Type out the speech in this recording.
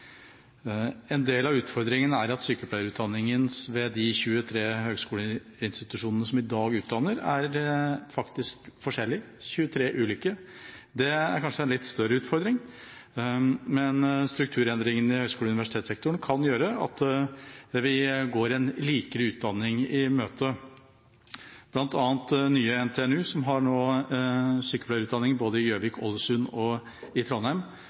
En del av utfordringen er at sykepleierutdanningen ved de 23 høyskoleinstitusjonene som i dag utdanner, faktisk er forskjellige – 23 ulike. Det er kanskje en litt større utfordring. Men strukturendringene i høyskole- og universitetssektoren kan gjøre at vi går en likere utdanning i møte. Blant annet jobber nå nye NTNU, som har sykepleierutdanning i både Gjøvik, Ålesund og Trondheim,